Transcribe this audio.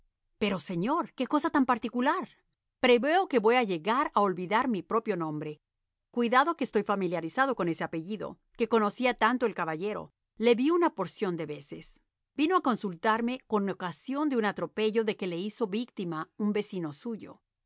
pero señor qué cosa tan particular preveo que voy a llegar a olvidar mi propio nombre cuidado que estoy familiarizado con ese apellido que conocía tanto al caballero le vi una porción de veces vino a consultarme con ocasión de un atropello de que le hizo víctima un vecino suyo